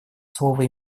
слово